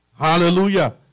Hallelujah